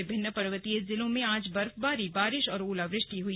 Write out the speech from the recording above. विभिन्न पर्वतीय जिलों में आज बर्फबारी बारिश और ओलावृष्टि हई